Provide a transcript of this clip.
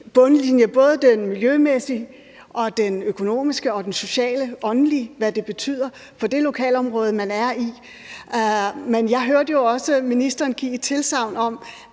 både den miljømæssige, den økonomiske, den sociale og åndelige, og hvad det betyder for det lokalområde, man er i. Men jeg hørte jo også ministeren give et tilsagn om,